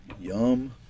Yum